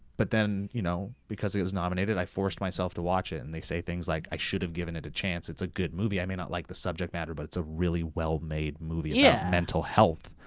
but then you know because it was nominated i forced myself to watch it and they say things like i should of given it a chance, it's a good movie. i may not like the subject matter, but it's a really well made movie about yeah mental health,